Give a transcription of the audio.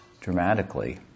dramatically